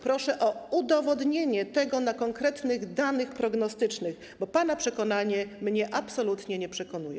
Proszę o udowodnienie tego na konkretnych danych prognostycznych, bo pana przekonanie mnie absolutnie nie przekonuje.